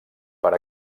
per